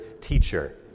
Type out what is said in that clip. teacher